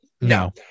No